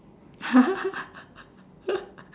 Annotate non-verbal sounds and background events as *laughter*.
*laughs*